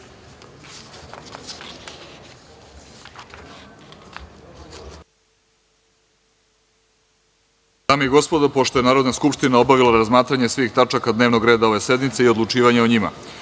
i gospodo, pošto je Narodna skupština obavila razmatranje svih tačaka dnevnog reda ove sednice i odlučivanje o njima,